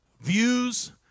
Views